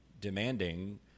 demanding